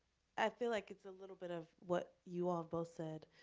i feel like it's a little bit of what you all both said.